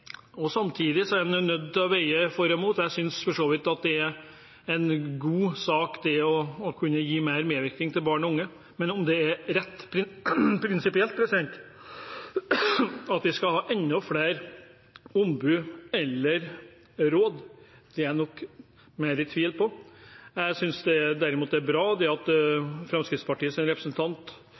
Samtidig er en nødt til å veie for og imot, og jeg synes for så vidt at det er en god sak å kunne gi mer medvirkning til barn og unge, men om det er prinsipielt rett at vi skal ha enda flere ombud eller råd, er jeg nok mer i tvil om. Jeg synes derimot det er bra at Fremskrittspartiets representant